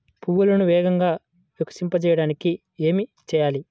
పువ్వులను వేగంగా వికసింపచేయటానికి ఏమి చేయాలి?